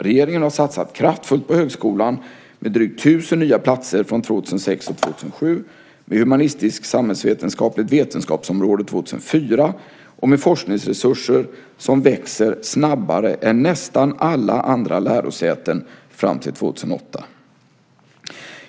Regeringen har satsat kraftfullt på högskolan med drygt tusen nya platser från 2006 och 2007, med humanistisk-samhällsvetenskapligt vetenskapsområde 2004 och med forskningsresurser som växer snabbare än nästan alla andra lärosäten fram till 2008.